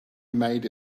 made